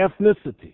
ethnicity